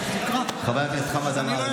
חבר הכנסת חמד עמאר,